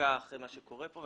בשקיקה אחרי מה שקורה פה.